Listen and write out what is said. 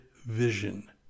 vision